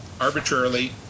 arbitrarily